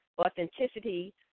authenticity